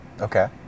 Okay